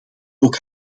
ook